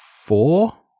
four